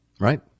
Right